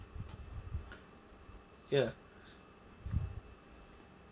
ya